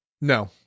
No